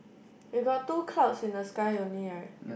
you got two clouds in the sky unite right